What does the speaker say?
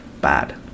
bad